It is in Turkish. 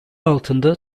altında